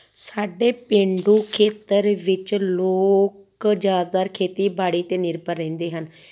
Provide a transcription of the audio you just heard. ਸਾਡੇ ਪੇਂਡੂ ਖੇਤਰ ਵਿੱਚ ਲੋਕ ਜ਼ਿਆਦਾਤਰ ਖੇਤੀਬਾੜੀ 'ਤੇ ਨਿਰਭਰ ਰਹਿੰਦੇ ਹਨ